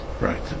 Right